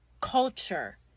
culture